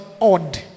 odd